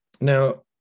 Now